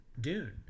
Dune